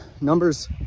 numbers